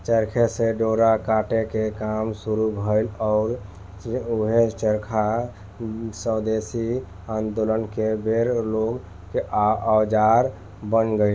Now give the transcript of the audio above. चरखे से डोरा काटे के काम शुरू भईल आउर ऊहे चरखा स्वेदेशी आन्दोलन के बेर लोग के औजार बन गईल